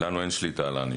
לנו אין שליטה על הענישה.